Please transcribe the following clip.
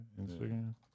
Instagram